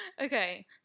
Okay